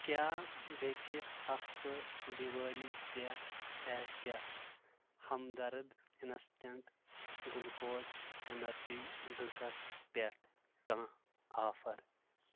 کیٛاہ بیٚکہِ ہفتہٕ دِوٲلی پٮ۪ٹھ آسیا Hamdard instant glucose energy drinks پٮ۪ٹھ کانٛہہ آفر